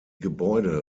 gebäude